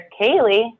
Kaylee